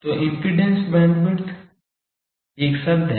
तो impedance bandwidth एक शब्द है